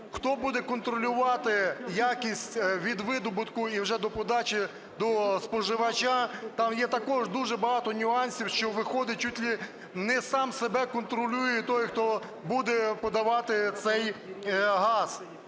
Хто буде контролювати якість від видобутку і вже до подачі до споживача, там є також дуже багато нюансів, що виходить, чуть ли не сам себе контролює той, хто буде подавати цей газ.